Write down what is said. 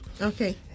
okay